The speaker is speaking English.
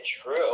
true